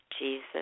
Jesus